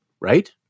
right